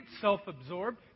self-absorbed